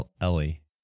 Ellie